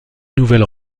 nouvelles